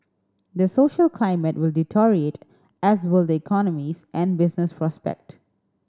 the social climate will deteriorate as will the economies and business prospect